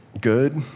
good